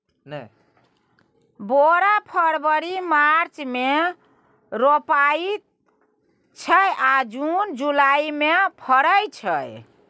बोरा फरबरी मार्च मे रोपाइत छै आ जुन जुलाई मे फरय छै